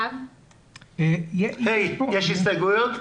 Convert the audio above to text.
יש הסתייגויות?